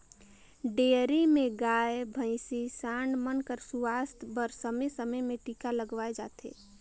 dairy में गाय, भइसी, सांड मन कर सुवास्थ बर समे समे में टीका लगवाए जाथे